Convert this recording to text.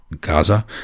Gaza